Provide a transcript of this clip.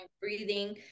breathing